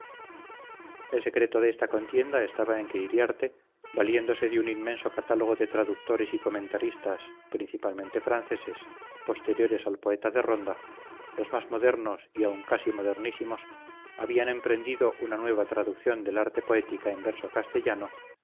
el secreto de esta contienda estaba en que iriarte valiéndose de un inmenso catálogo de traductores y comentaristas principalmente franceses posteriores al poeta de ronda los más modernos y aun casi modernísimos había emprendido una nueva traducción del arte poética en verso castellano